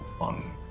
on